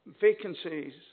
vacancies